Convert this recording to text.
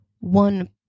one